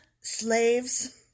slaves